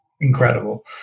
incredible